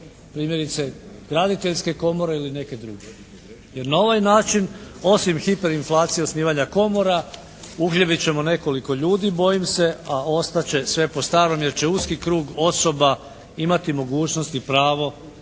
primjerice graditeljske komore ili neke druge jer na ovaj način osim hiperinflacije i osnivanja komora …/Govornik se ne razumije./… ćemo nekoliko ljudi bojim se a ostat će sve po starom jer će uski krug osoba imati mogućnost i pravo